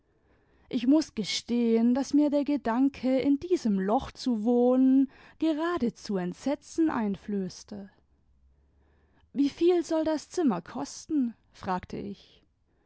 ich muß gestehen daß mir der gedanke in diesem loch zu wohnen geradezu entsetzen einflößte wieviel soll das zinmier kosten fragte ich